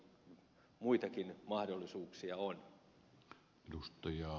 toki muitakin mahdollisuuksia on